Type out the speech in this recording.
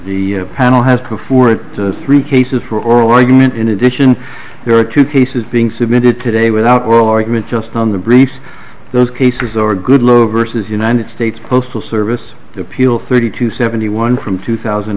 the panel has before it three cases for oral argument in addition there are two cases being submitted today without well argument just on the briefs those cases or goodloe versus united states postal service appeal thirty two seventy one from two thousand